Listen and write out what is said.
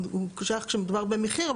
הוא שייך כשמדובר במחיר,